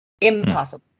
impossible